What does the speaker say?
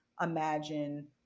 imagine